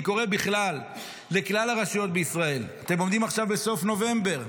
אני קורא בכלל לכלל הרשויות בישראל: אתם עומדים עכשיו בסוף נובמבר.